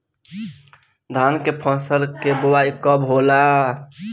धान के फ़सल के बोआई कब होला?